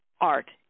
art